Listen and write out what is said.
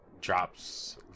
drops